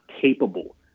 capable